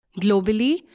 Globally